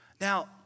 Now